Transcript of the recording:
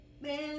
man